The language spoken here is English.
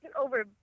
over